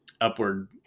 upward